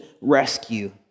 rescue